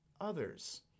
others